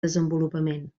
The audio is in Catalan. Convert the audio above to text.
desenvolupament